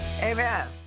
Amen